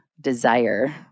desire